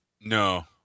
No